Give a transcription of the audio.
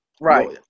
Right